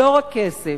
הוא לא רק כסף.